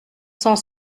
cent